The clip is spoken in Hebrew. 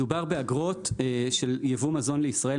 מדובר באגרות של ייבוא מזון לישראל.